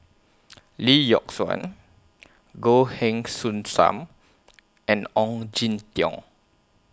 Lee Yock Suan Goh Heng Soon SAM and Ong Jin Teong